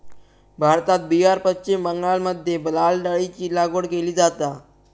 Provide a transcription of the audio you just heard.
भारतात बिहार, पश्चिम बंगालमध्ये लाल डाळीची लागवड केली जाता